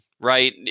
Right